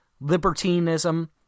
libertinism